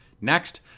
next